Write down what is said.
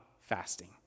fasting